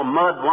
mud